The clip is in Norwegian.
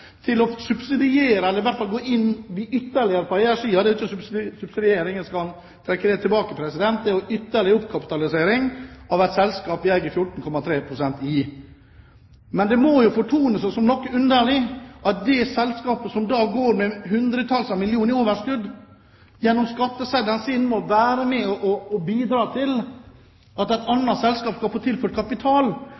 til å subsidiere, eller i hvert fall gå inn på eiersiden – det er ikke subsidiering, jeg skal trekke det tilbake – med ytterligere oppkapitalisering av et selskap vi eier 14,3 pst. i. Men det må jo fortone seg som noe underlig at det selskapet som da går med hundretalls av millioner i overskudd, gjennom skatteseddelen sin må være med på å bidra til at et